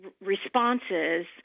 responses